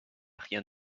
rien